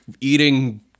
eating